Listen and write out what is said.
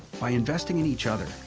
by investing in each other,